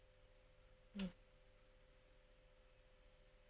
hmm